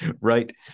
Right